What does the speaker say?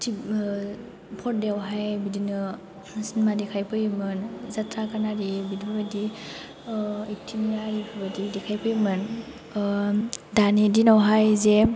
थिग फरदायाव हाय बिदिनो सिनिमा देखाय फैयोमोन जाथ्रा गान आरि बिदिफोर बायदि एखथिनिया आरिफोर बायदि देखाय फैयोमोन दानि दिनाव हाय जे